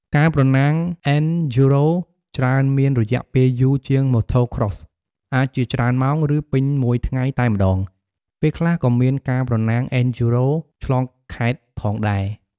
ការប្រណាំង អេនឌ្យូរ៉ូ (Enduro) ច្រើនមានរយៈពេលយូរជាង Motocross អាចជាច្រើនម៉ោង ឬពេញមួយថ្ងៃតែម្តង ពេលខ្លះក៏មានការប្រណាំង អេនឌ្យូរ៉ូ (Enduro) ឆ្លងខេត្តផងដែរ។